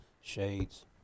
shades